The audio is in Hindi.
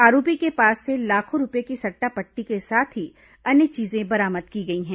आरोपी के पास से लाखों रूपये की सट्टा पट्टी के साथ ही अन्य चीजें बरामद की गई हैं